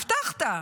הבטחת.